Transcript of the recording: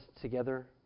together